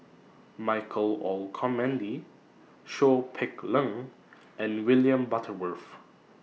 Michael Olcomendy Seow Peck Leng and William Butterworth